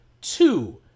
two